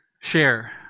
share